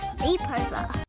Sleepover